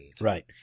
Right